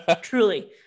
truly